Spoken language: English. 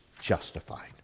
justified